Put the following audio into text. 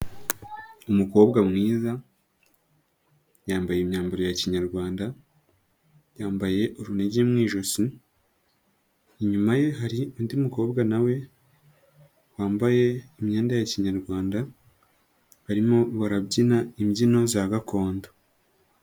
Umukobwa mwiza yambaye imyambaro ya kinyarwanda, yambaye urunigi mu ijosi, inyuma ye hari undi mukobwa nawe wambaye imyenda ya kinyarwanda, barimo barabyina imbyino za gakondo.